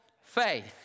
faith